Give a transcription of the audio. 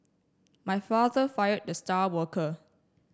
my father fired the star worker